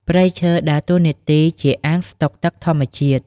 ព្រៃឈើដើរតួនាទីជាអាងស្តុកទឹកធម្មជាតិ។